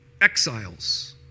exiles